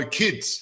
kids